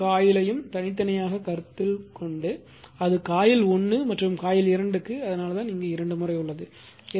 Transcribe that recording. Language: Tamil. ஒவ்வொரு காயிலையும் தனியாக கருத்தில் கொண்டு அது காயில் 1 மற்றும் காயில் 2 க்கு அதனால்தான் இரண்டு முறை உள்ளது